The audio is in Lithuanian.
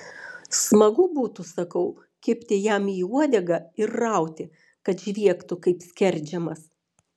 smagu būtų sakau kibti jam į uodegą ir rauti kad žviegtų kaip skerdžiamas